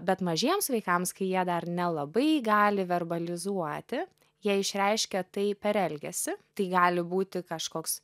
bet mažiems vaikams kai jie dar nelabai gali verbalizuoti jie išreiškia tai per elgesį tai gali būti kažkoks